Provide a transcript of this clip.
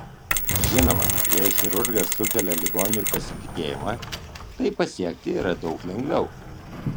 žinoma jei chirurgas sukelia ligoniui pasitikėjimą tai pasiekti yra daug lengviau